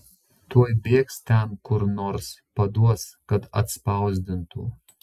tuoj bėgs ten kur nors paduos kad atspausdintų